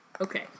okay